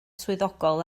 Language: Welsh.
swyddogol